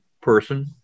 person